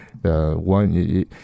one